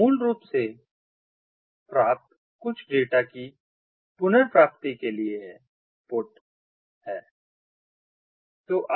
तो मूल रूप से प्राप्त कुछ डेटा की पुनर्प्राप्ति के लिए है पुट है